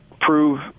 prove